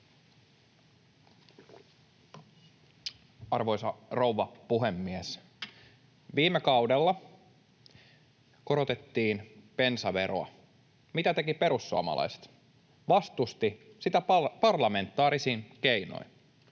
Arvoisa rouva puhemies! Viime kaudella korotettiin bensaveroa. Mitä tekivät perussuomalaiset? Vastustivat sitä parlamentaarisin keinoin.